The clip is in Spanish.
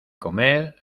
comer